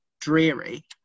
dreary